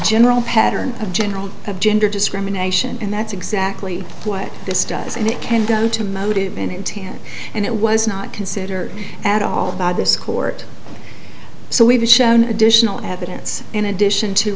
general pattern of general of gender discrimination and that's exactly what this does and it can go to motive and intent and it was not considered at all by this court so we've shown additional evidence in addition to